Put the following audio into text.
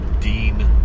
dean